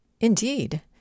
Indeed